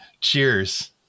Cheers